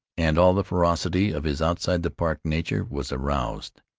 and all the ferocity of his outside-the-park nature was aroused.